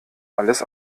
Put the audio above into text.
alles